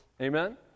Amen